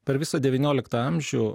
per visą devynioliktą amžių